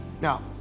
Now